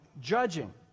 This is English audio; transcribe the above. judging